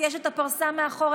יש פרסה מאחורה,